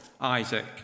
Isaac